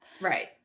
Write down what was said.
Right